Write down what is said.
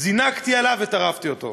זינקתי עליו וטרפתי אותו.